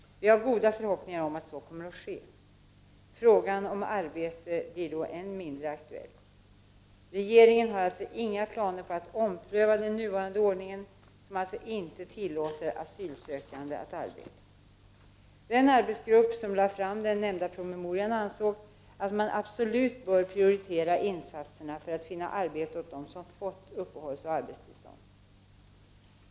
Vi har goda förhoppningar om att så kommer att ske. Frågan om arbete blir då än mindre aktuell. Regeringen har alltså inga planer på att ompröva den nuvarande ordningen som alltså inte tillåter asylsökande att arbeta. Den arbetsgrupp som lade fram den nämnda promemorian ansåg att man absolut bör prioritera insatserna för att finna arbete åt dem som fått uppehållsoch arbetstillstånd.